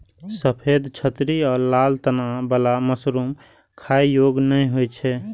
सफेद छतरी आ लाल तना बला मशरूम खाइ योग्य नै होइ छै